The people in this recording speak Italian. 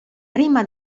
prima